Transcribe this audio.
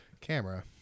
camera